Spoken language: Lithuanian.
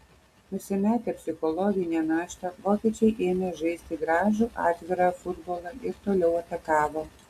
nusimetę psichologinę naštą vokiečiai ėmė žaisti gražų atvirą futbolą ir toliau atakavo